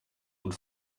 und